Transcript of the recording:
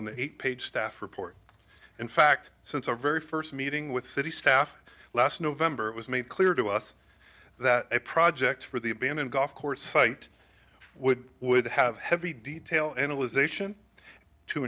in the eight page staff report in fact since our very first meeting with city staff last november it was made clear to us that a project for the abandoned golf course site would would have heavy detail and it was a sion to